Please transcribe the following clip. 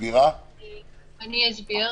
אני אסביר.